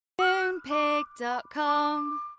Moonpig.com